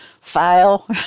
file